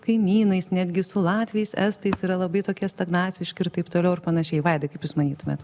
kaimynais netgi su latviais estais yra labai tokie stagnaciški ir taip toliau ir panašiai vaidai kaip jūs manytumėt